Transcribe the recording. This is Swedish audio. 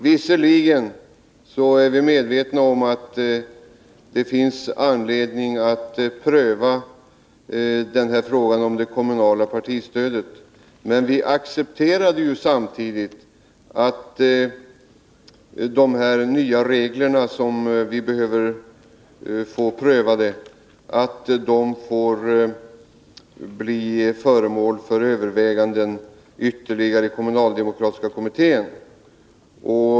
Visserligen är vi medvetna om att det finns anledning att pröva frågan om det kommunala partistödet, men vi accepterade ju samtidigt att de nya regler som behöver prövas får bli föremål för ytterligare överväganden i kommunaldemokratiska kommittén.